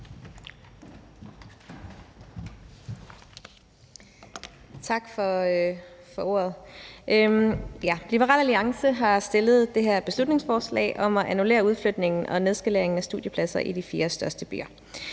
Tak for ordet. Liberal Alliance har fremsat det her beslutningsforslag om at annullere udflytningen og nedskaleringen af studiepladser i de fire største byer.